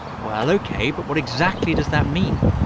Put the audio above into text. well, ok, but what exactly does that mean?